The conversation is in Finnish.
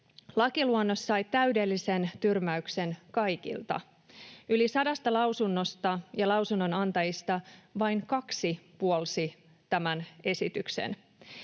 Lakiluonnos sai täydellisen tyrmäyksen kaikilta. Yli sadasta lausunnosta ja lausunnonantajista vain kaksi puolsi tätä esitystä.